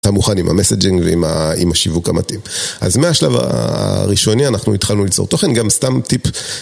אתה מוכן עם המסג'ינג ועם השיווק המתאים. אז מהשלב הראשוני אנחנו התחלנו ליצור תוכן גם סתם טיפ.